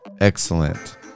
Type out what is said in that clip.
Excellent